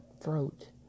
throat